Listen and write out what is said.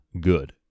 good